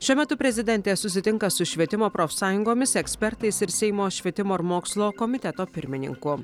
šiuo metu prezidentė susitinka su švietimo profsąjungomis ekspertais ir seimo švietimo ir mokslo komiteto pirmininku